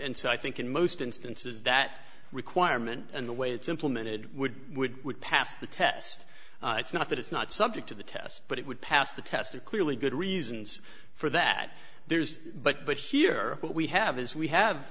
and so i think in most instances that requirement and the way it's implemented would would would pass the test it's not that it's not subject to the test but it would pass the test and clearly good reasons for that there's but but here we have as we have